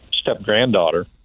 step-granddaughter